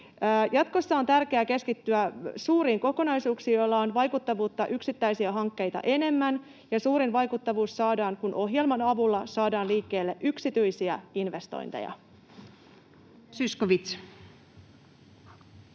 Jatkossa on tärkeää keskittyä suuriin kokonaisuuksiin, joilla on vaikuttavuutta yksittäisiä hankkeita enemmän, ja suurin vaikuttavuus saadaan, kun ohjelman avulla saadaan liikkeelle yksityisiä investointeja.